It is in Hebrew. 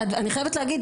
אני חייבת להגיד,